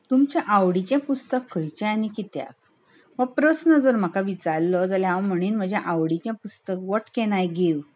तुमचें आवडीचें पुस्तक खंयचें आनी कित्याक हो प्रस्न जर म्हाका विचारलो जाल्यार हांव म्हणीन म्हजे आवडीचें पुस्तक वॉट कॅन आय गिव